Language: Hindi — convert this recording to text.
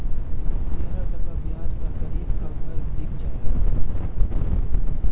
तेरह टका ब्याज पर गरीब का घर बिक जाएगा